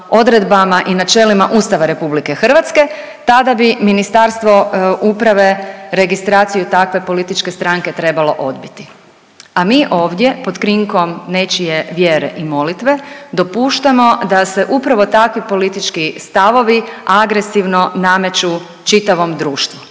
i načelima Ustava RH, tada bi Ministarstvo uprave registraciju takve političke stranke trebalo odbiti. A mi ovdje pod krinkom nečije vjere i molitve dopuštamo da se upravo takvi politički stavovi agresivno nameću čitavom društvu.